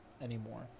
anymore